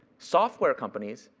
software companies,